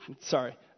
sorry